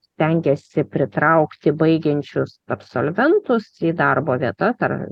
stengiasi pritraukti baigiančius absolventus į darbo vietas ar